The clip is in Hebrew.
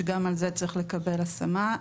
שגם על זה צריך לקבל השמה.